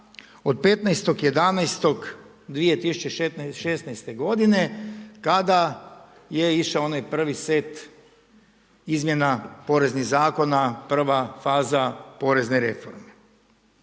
od 15.11.2016. godine kada je išao onaj prvi set izmjena poreznih zakona, prva faza porezne reforme.